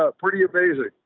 ah pretty amazing.